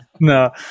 No